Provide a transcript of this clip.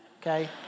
okay